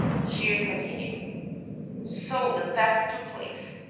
shears continued so the theft took place.